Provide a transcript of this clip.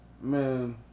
Man